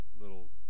little